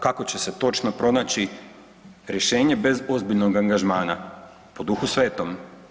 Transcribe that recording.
Kako će se točno pronaći rješenje bez ozbiljnog angažmana, po Duhu Svetom?